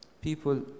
People